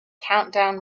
countdown